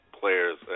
players